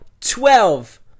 twelve